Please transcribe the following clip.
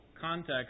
context